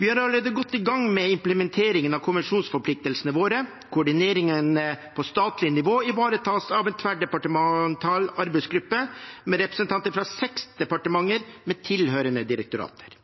Vi har allerede gått i gang med implementeringen av konvensjonsforpliktelsene våre. Koordineringen på statlig nivå ivaretas av en tverrdepartemental arbeidsgruppe med representanter fra seks departementer med tilhørende direktorater.